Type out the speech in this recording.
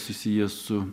susiję su